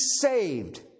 saved